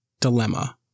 dilemma